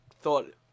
thought